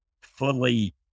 fully